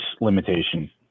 limitation